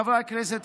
חברי הכנסת,